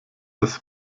das